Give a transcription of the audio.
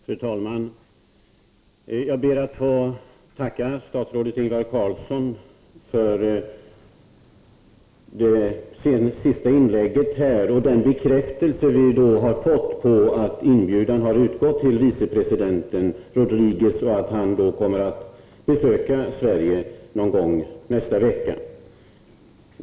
Fru talman! Jag ber att få tacka statsrådet Ingvar Carlsson för det senaste inlägget här och den bekräftelse vi därmed har fått på att inbjudan har utgått till vicepresident Rodriguez och att han kommer att besöka Sverige någon gång nästa vecka.